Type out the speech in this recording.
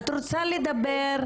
את רוצה לדבר,